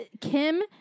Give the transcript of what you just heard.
kim